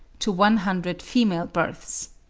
to one hundred female births.